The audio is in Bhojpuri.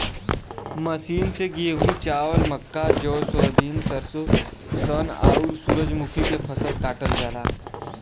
मशीन से गेंहू, चावल, मक्का, जौ, सोयाबीन, सरसों, सन, आउर सूरजमुखी के फसल काटल जाला